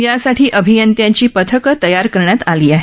यासाठी अभियंत्यांची पथकं तयार करण्यात आली आहेत